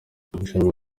rushanwa